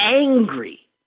angry